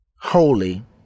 holy